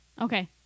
Okay